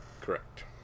Correct